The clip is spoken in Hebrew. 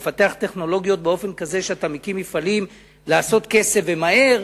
לפתח טכנולוגיות באופן כזה שאתה מקים מפעלים לעשות כסף ומהר,